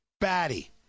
batty